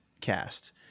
cast